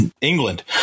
England